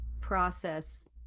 process